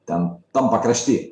ten tam pakrašty